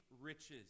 riches